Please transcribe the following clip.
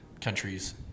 countries